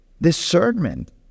Discernment